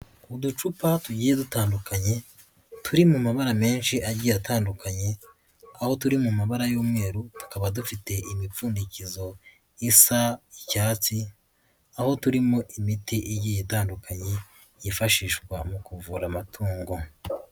Uducupa tugiye dutandukanye turi mu mabara menshi agiye atandukanye, aho turi mu mabara y'umweru tukaba dufite imipfundikizo isa icyatsi, aho turimo imiti igiye itandukanye yifashishwa mu kuvura amatungo.